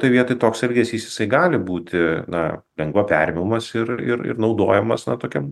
toj vietoj toks elgesys jisai gali būti na lengva perimamas ir ir ir naudojamas na tokiam